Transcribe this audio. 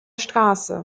straße